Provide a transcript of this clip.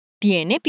Tiene